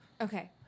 Okay